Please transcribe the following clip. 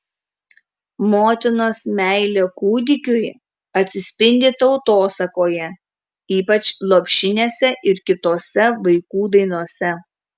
motinos meilė kūdikiui atsispindi tautosakoje ypač lopšinėse ir kitose vaikų dainose